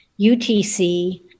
UTC